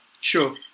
Sure